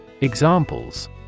Examples